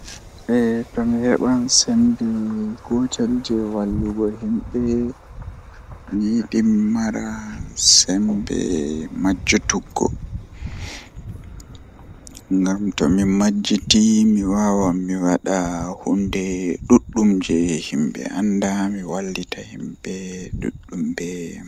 Eh tomi heban sembe jei wallugo himɓe mi yiɗi mi heɓa sembe jei majjituggo ngam tomi majjiti mi wawan mi wada huunde ɗuɗɗum jei haa himɓe anda wallita en be ɗuɗɗum be Wala huluki.